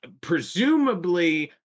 presumably